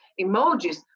emojis